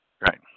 Right